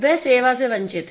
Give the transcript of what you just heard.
वह सेवा से वंचित है